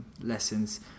lessons